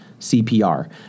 CPR